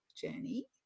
journey